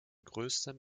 größten